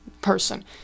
person